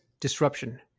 disruption